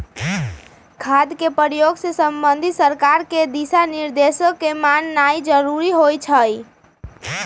खाद के प्रयोग से संबंधित सरकार के दिशा निर्देशों के माननाइ जरूरी होइ छइ